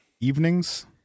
evenings